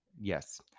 yes